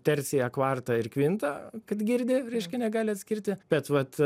tercija kvarta ir kvinta kad girdi reiškia negali atskirti bet vat